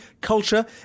culture